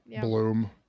bloom